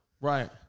right